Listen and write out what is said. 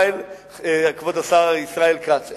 כבוד השר ישראל כץ,